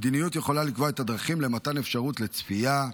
המדיניות יכולה לקבוע את הדרכים למתן אפשרות לצפייה,